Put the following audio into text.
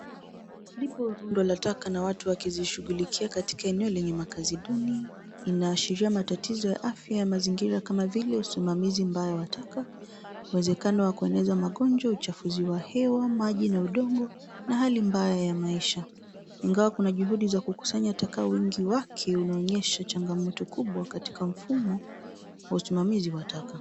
Lipo rundo la taka na watu wakizishughulikia katika eneo lenye makazi duni. Inaashiria matatizo ya afya ya mazingira kama vile usimamizi mbaya wa taka, uwezekano wa kueneza magonjwa, uchafuzi wa hewa, maji na udongo, na hali mbaya ya maisha. Ingawa kuna juhudi za kukusanya taka, wingi wake unaonyesha changamoto kubwa katika mfumo wa usimamizi wa taka.